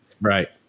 right